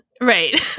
Right